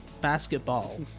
basketball